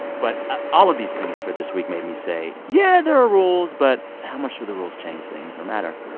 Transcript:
but ah all of these things for this week made me say, yeah, there are rules. but how much do the rules change things or matter?